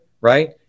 right